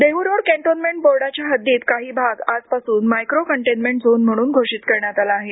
Dehu Road cantonment बोर्डाच्या हद्दीत काही भाग आजपासून मायक्रो कन्टेन्मेंट झोन म्हणून घोषित करण्यात आला आहे